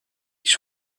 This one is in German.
ich